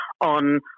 on